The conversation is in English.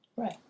Right